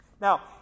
Now